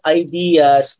ideas